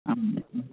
ആ ഉം